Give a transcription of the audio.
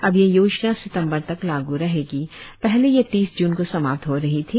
अब यह योजना सितम्बर तक लागू रहेगी पहले यह तीस जून को समाप्त हो रही थी